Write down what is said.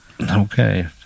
okay